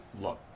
look